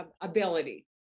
ability